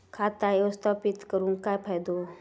खाता व्यवस्थापित करून काय फायदो?